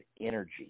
energy